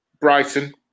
brighton